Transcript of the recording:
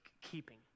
keeping